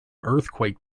earthquake